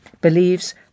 believes